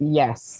yes